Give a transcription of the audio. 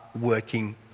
working